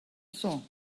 saw